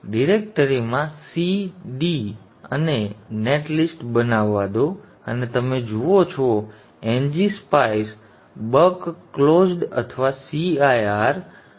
ડિરેક્ટરીમાં c d અને મને નેટ લિસ્ટ બનાવવા દો અને તમે જુઓ છો અને ngSpice બક બંધ અથવા cir